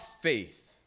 faith